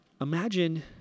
Imagine